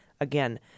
again